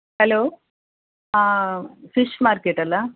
hello fish market ಅಲ್ಲಾ